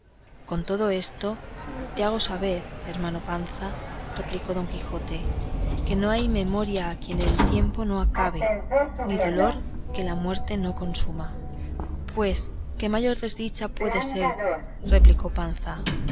con todo eso te hago saber hermano panza replicó don quijote que no hay memoria a quien el tiempo no acabe ni dolor que muerte no le consuma pues qué mayor desdicha puede ser replicó panza